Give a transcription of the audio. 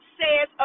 says